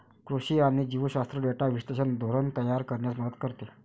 कृषी आणि जीवशास्त्र डेटा विश्लेषण धोरण तयार करण्यास मदत करते